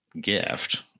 gift